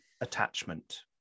attachment